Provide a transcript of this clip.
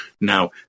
Now